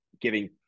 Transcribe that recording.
giving